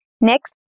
Next